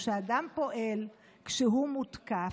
כשאדם פועל כשהוא מותקף,